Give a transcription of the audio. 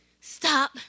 Stop